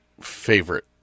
favorite